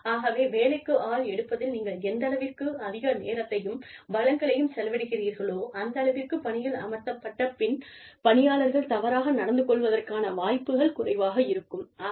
ஆகவே வேலைக்கு ஆள் எடுப்பதில் நீங்கள் எந்தளவிற்கு அதிக நேரத்தையும் வளங்களையும் செலவிடுகிறீர்களோ அந்தளவிற்கு பணியில் அமர்த்தப்பட்ட பின் பணியாளர்கள் தவறாக நடந்து கொள்வதற்கான வாய்ப்புகள் குறைவாக இருக்கும்